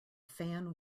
fan